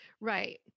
Right